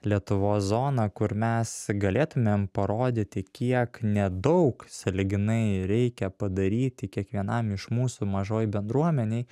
lietuvos zoną kur mes galėtumėm parodyti kiek nedaug sąlyginai reikia padaryti kiekvienam iš mūsų mažoj bendruomenėj